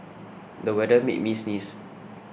the weather made me sneeze